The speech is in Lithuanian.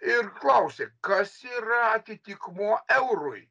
ir klausė kas yra atitikmuo eurui